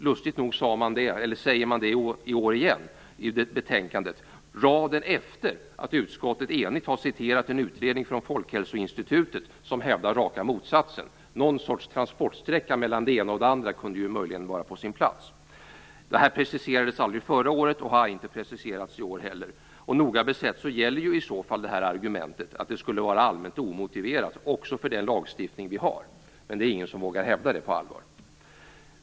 Lustigt nog säger man det i år igen i betänkandet, på raden efter det att utskottet enigt har citerat en utredning från Folkhälsoinstitutet som hävdar raka motsatsen. Någon sorts transportsträcka mellan det ena och det andra kunde möjligen vara på sin plats. Det här preciserades aldrig förra året och har inte preciserats i år heller. Noga besett gäller i så fall argumentet att det skulle vara allmänt omotiverat också för den lagstiftning vi har. Men det är ingen som vågar hävda det på allvar.